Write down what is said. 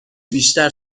بیشتر